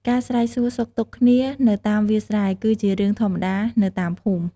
ការស្រែកសួរសុខទុក្ខគ្នានៅតាមវាលស្រែ គឺជារឿងធម្មតានៅតាមភូមិ។